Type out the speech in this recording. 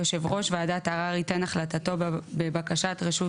(7) (2) יושב ראש ועדת הערר ייתן החלטתו בבקשת רשות